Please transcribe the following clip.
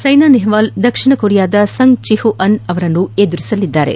ಸೈನಾ ನೆಪ್ವಾಲ್ ದಕ್ಷಿಣ ಕೊರಿಯಾದ Sung Jihyun ಅವರನ್ನು ಎದುರಿಸಲಿದ್ದಾರೆ